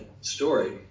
story